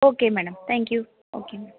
okay madam thank you okay